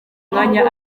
mwanya